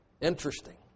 Interesting